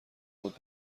بود